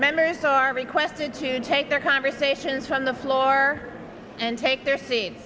members are requested to take their conversations on the floor and take their se